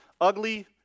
Ugly